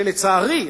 שלצערי,